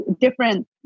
different